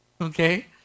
okay